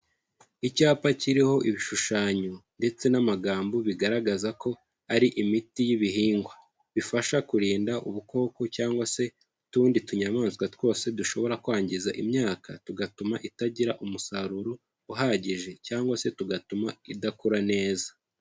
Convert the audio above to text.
Icyapa kiriho ibishushanyo ndetse n'amagambo bigaragaza ko ari imiti y'ibihingwa, bifasha kurinda ubukoko cyangwa se utundi tunyamaswa twose dushobora kwangiza imyaka tugatuma itagira umusaruro uhagije cyangwa se tugatuma idakura neza.